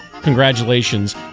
congratulations